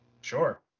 Sure